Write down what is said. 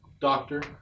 Doctor